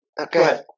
Okay